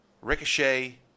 Ricochet